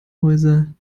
häuser